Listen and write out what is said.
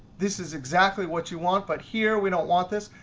this is exactly what you want. but here, we don't want this.